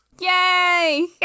Yay